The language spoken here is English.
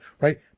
right